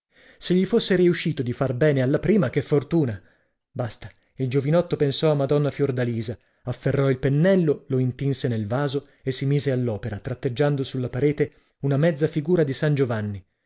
se gli fosse riuscito di far bene alla prima che fortuna basta il giovinotto pensò a madonna fiordalisa afferrò il pennello lo intinse nel vaso e si mise all'opera tratteggiando sulla parete una mezza figura di san giovanni